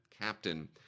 captain